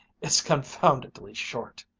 it's confoundedly short.